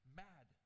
mad